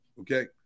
Okay